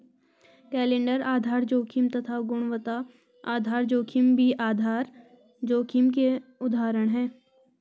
calendar आधार जोखिम तथा गुणवत्ता आधार जोखिम भी आधार जोखिम के उदाहरण है